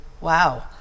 wow